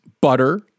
butter